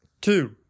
Two